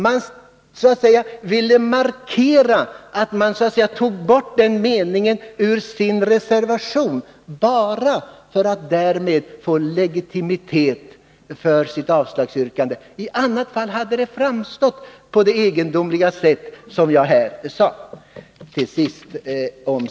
Man så att säga ville markera att man tog bort den meningen ur sin reservation bara för att därmed få legitimitet för sitt avslagsyrkande. I annat fall hade det framstått på det egendomliga sätt som jag här antydde.